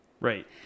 Right